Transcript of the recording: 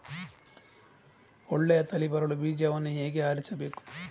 ಒಳ್ಳೆಯ ತಳಿ ಬರಲು ಬೀಜವನ್ನು ಹೇಗೆ ಆರಿಸಬೇಕು?